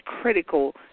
critical